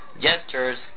gestures